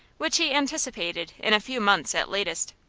which he anticipated in a few months at latest.